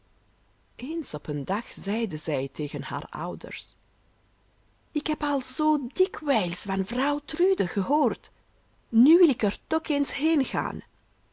eens op een dag zeide zij tegen haar ouders ik heb al zoo dikwijls van vrouw trude gehoord nu wil ik er toch eens